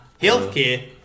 Healthcare